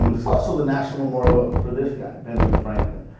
um it is also the national memorial for this guy, benjamin franklin.